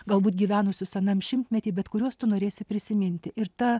galbūt gyvenusius anam šimtmety bet kuriuos tu norėsi prisiminti ir ta